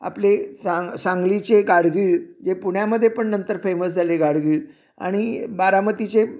आपले सां सांगलीचे गाडगीळ जे पुण्यामध्ये पण नंतर फेमस झाले गाडगीळ आणि बारामतीचे